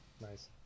Nice